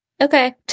Okay